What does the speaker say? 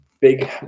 big